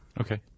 Okay